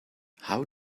how